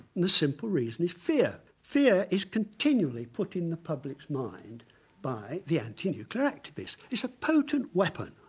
the simple reason is fear. fear is continually put in the public's mind by the anti-nuclear activists. it's a potent weapon.